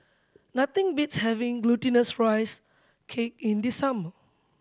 nothing beats having Glutinous Rice Cake in the summer